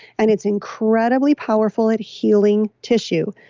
and it's incredibly powerful at healing tissue,